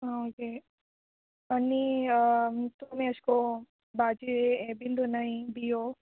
आ okay आनी तुमी अश को भाजी यें बीन दोनाय बिंयो